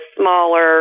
smaller